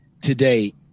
today